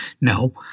no